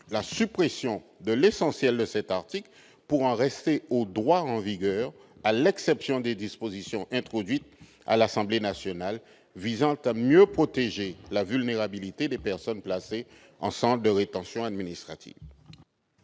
de supprimer l'essentiel de cet article, pour en rester au droit en vigueur, à l'exception des dispositions introduites par l'Assemblée nationale visant à mieux protéger les personnes vulnérables placées en centre de rétention administrative.